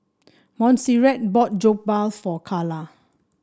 Montserrat bought Jokbal for Charla